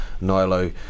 Nilo